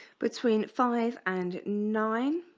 between five and nine